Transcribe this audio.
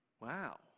Wow